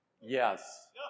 Yes